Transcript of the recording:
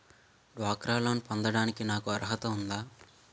డ్వాక్రా లోన్ పొందటానికి నాకు అర్హత ఉందా?